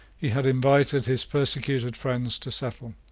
he had invited his persecuted friends to settle.